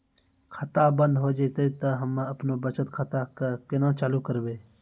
खाता बंद हो जैतै तऽ हम्मे आपनौ बचत खाता कऽ केना चालू करवै?